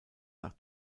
nach